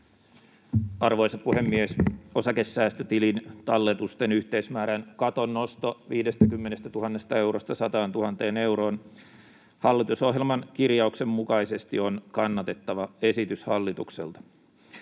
Arvoisa puhemies! Osakesäästötilin talletusten yhteismäärän katon nosto 50 000 eurosta 100 000 euroon hallitusohjelman kirjauksen mukaisesti on kannatettava esitys hallitukselta.